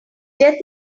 death